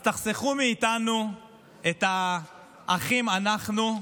אז תחסכו מאיתנו את ה"אחים אנחנו",